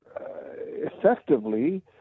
Effectively